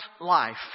life